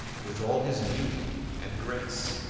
with all his beauty and grace,